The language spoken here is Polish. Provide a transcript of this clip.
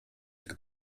jak